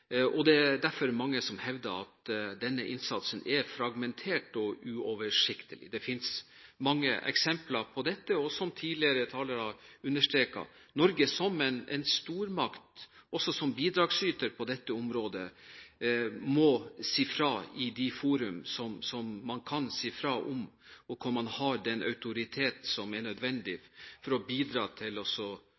Det er derfor mange som hevder at denne innsatsen er fragmentert og uoversiktlig. Det finnes mange eksempler på dette. Som tidligere talere har understreket: Norge, som en stormakt og også som en bidragsyter på dette området, må si ifra i de fora som man kan si ifra i, og hvor man har den autoritet som er nødvendig for å bidra til